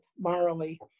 morally